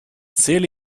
zähle